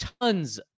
tons